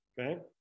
Okay